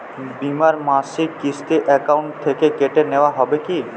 বিমার মাসিক কিস্তি অ্যাকাউন্ট থেকে কেটে নেওয়া হবে কি?